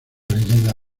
leyenda